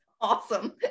Awesome